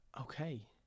okay